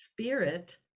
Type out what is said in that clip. spirit